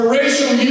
racial